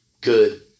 good